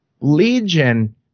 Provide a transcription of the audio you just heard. Legion